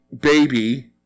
baby